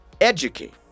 Educate